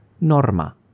Norma